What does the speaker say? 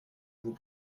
vous